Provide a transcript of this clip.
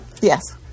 Yes